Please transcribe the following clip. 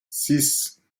six